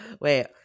Wait